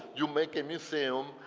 you make a museum,